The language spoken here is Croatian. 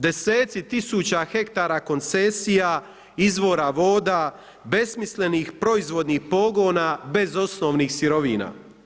Deseci tisuća hektara koncesija, izvora voda, besmislenih proizvodnih pogona bez osnovnih sirovina.